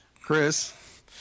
Chris